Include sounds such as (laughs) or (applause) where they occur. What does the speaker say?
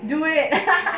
do it (laughs)